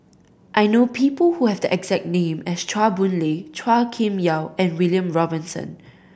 I know people who have the exact name as Chua Boon Lay Chua Kim Yeow and William Robinson